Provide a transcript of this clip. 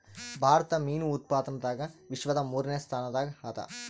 ಭಾರತ ಮೀನು ಉತ್ಪಾದನದಾಗ ವಿಶ್ವದ ಮೂರನೇ ಸ್ಥಾನದಾಗ ಅದ